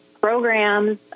programs